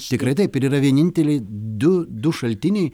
tikrai taip ir yra vieninteliai du du šaltiniai